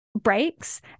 Breaks